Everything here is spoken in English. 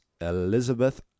Elizabeth